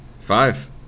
Five